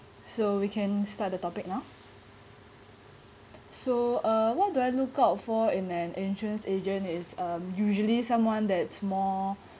so we can start the topic now so uh what do I look out for in an insurance agent is um usually someone that's more